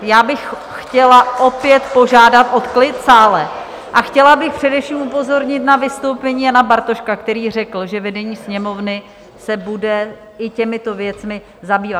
Tak já bych chtěla opět požádat o klid v sále a chtěla bych především upozornit na vystoupení Jana Bartoška, který řekl, že vedení Sněmovny se bude i těmito věcmi zabývat.